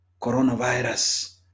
coronavirus